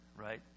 right